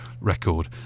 record